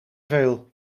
veel